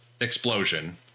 explosion